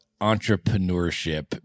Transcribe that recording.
entrepreneurship